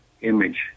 image